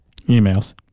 emails